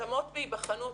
התאמות בהיבחנות.